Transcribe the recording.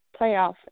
playoff